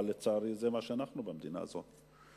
אבל לצערי זה מה שאנחנו במדינה הזאת.